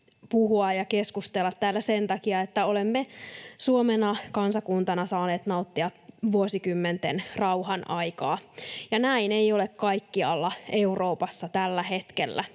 puhua ja keskustella täällä sen takia, että olemme Suomena, kansakuntana, saaneet nauttia vuosikymmenten rauhanaikaa, ja näin ei ole kaikkialla Euroopassa tällä hetkellä.